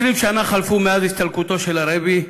20 שנה חלפו מאז הסתלקותו של הרבי,